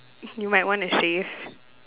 you might want to save